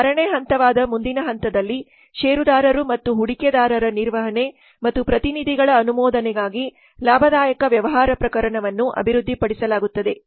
ಆರನೇ ಹಂತವಾದ ಮುಂದಿನ ಹಂತದಲ್ಲಿ ಷೇರುದಾರರು ಮತ್ತು ಹೂಡಿಕೆದಾರರ ನಿರ್ವಹಣೆ ಮತ್ತು ಪ್ರತಿನಿಧಿಗಳ ಅನುಮೋದನೆಗಾಗಿ ಲಾಭದಾಯಕ ವ್ಯವಹಾರ ಪ್ರಕರಣವನ್ನು ಅಭಿವೃದ್ಧಿಪಡಿಸಲಾಗುತ್ತದೆ